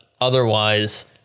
otherwise